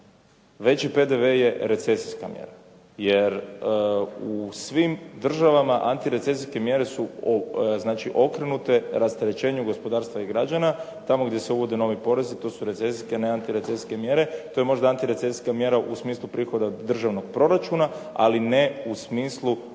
Veći PDV je recesijska mjera jer u svim državama antirecesijske mjere su znači okrenute rasterećenju gospodarstva i građana, tamo gdje se uvode novi porezi to recesijske a ne antirecesijske mjere. To je možda antirecesijska mjera u smislu prihoda državnog proračuna ali ne u smislu